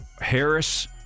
Harris